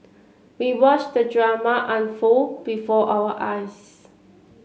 we watched the drama unfold before our eyes